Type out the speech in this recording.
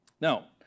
Now